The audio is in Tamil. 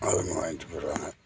அதிகமாக வாங்கிட்டு போயிடுவாங்க